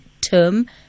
term